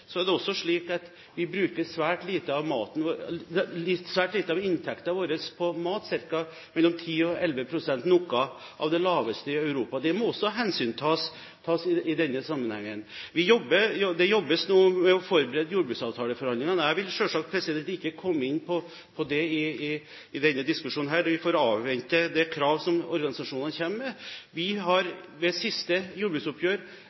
er det også slik at vi bruker svært lite av inntekten vår på mat – mellom 10 og 11 pst. Det er noe av den laveste andelen i Europa. Det må også hensyntas i denne sammenhengen. Det jobbes nå med å forberede jordbruksavtaleforhandlingene. Jeg vil selvsagt ikke komme inn på det i denne diskusjonen, vi får avvente det krav som organisasjonene kommer med. Vi har ved siste jordbruksoppgjør